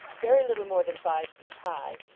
very little more than five feet high,